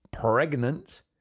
pregnant